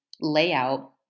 layout